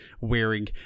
wearing